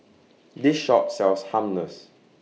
This Shop sells Hummus